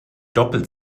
doppelt